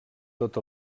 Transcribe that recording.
tot